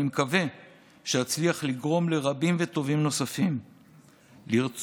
ואני מקווה שאצליח לגרום לרבים וטובים נוספים לרצות